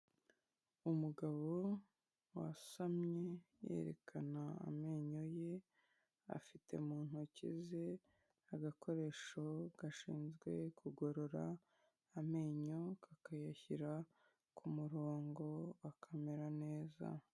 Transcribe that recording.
Umugabo wasamye yerekana amenyo ye, afite mu ntoki ze agakoresho gashinzwe kugorora amenyo, kakayashyira ku murongo, akamera neza.